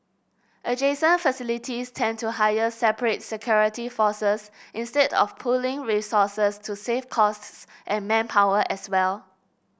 adjacent facilities tend to hire separate security forces instead of pooling resources to save costs and manpower as well